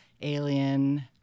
alien